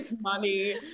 money